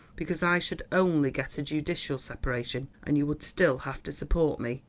because i should only get a judicial separation, and you would still have to support me.